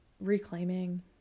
reclaiming